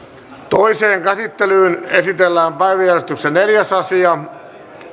toiseen käsittelyyn esitellään päiväjärjestyksen neljäs asia